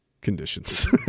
conditions